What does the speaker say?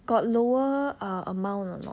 got lower uh amount or not